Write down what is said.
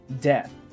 death